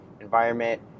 environment